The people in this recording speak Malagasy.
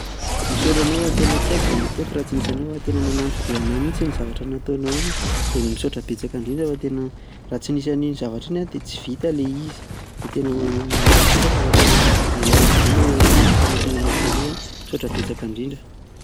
Misaotra anao fa tena tsy haiko izay nataoko raha tsy nisy anao fa tena nanampy be an'ahy mihintsy iny zavatra nataonao iny. Dia misaotra betsaka indrindra fa tena raha tsy nisy an'iny zavatra iny dia tsy vita ilay izy, dia tena mankasitraka fa tena nilaina be ilay zava- fanampina nataonao, misaotra betsaka indrindra e.